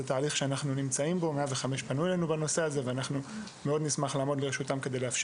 105 פנו אלינו בנושא ונשמח לעזור להם.